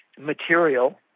material